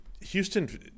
houston